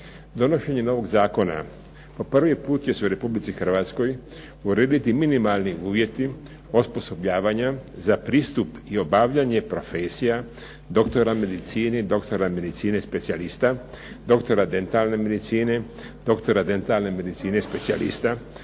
Donošenjem novog zakona po prvi put će se u Republici Hrvatskoj urediti minimalni uvjeti osposobljavanja za pristup i obavljanje profesija doktora medicine, doktora medicine specijalista, doktora dentalne medicine, doktora dentalne medicine specijalista,